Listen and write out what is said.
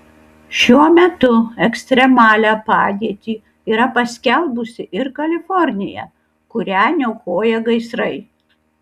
šiuo metu ekstremalią padėtį yra paskelbusi ir kalifornija kurią niokoja gaisrai